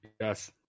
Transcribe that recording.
Yes